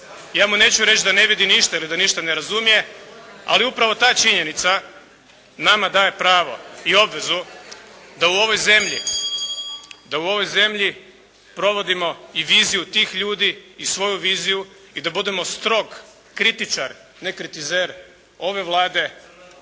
ja mu neću reći da ne vidi ništa ili da ništa ne razumije ali upravo ta činjenica nama daje pravo i obvezu da u ovoj zemlji provodimo i viziju tih ljudi i svoju viziju i da budemo strog kritičar ne kritizer ove Vlade